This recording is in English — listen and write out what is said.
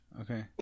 okay